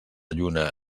lluna